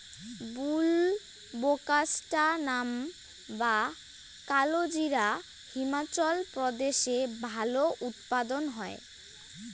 বুলবোকাস্ট্যানাম বা কালোজিরা হিমাচল প্রদেশে ভালো উৎপাদন হয়